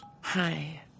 hi